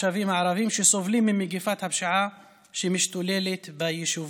בתוצר ובתכנים שמגיעים לתושב